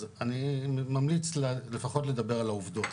אז אני ממליץ לפחות לדבר על העובדות.